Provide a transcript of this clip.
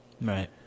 Right